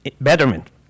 betterment